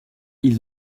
ils